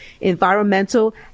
environmental